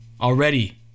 Already